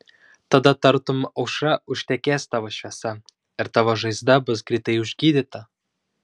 tada tartum aušra užtekės tavo šviesa ir tavo žaizda bus greitai užgydyta